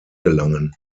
gelangen